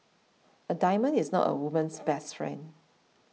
a diamond is not a woman's best friend